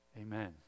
Amen